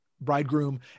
bridegroom